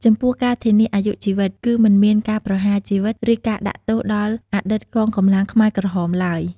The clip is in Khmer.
ចំពោះការធានាអាយុជីវិត គឺមិនមានការប្រហារជីវិត ឬការដាក់ទោសដល់អតីតកងកម្លាំងខ្មែរក្រហមឡើយ។